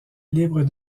libre